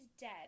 dead